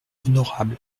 honorable